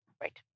Right